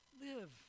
Live